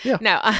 No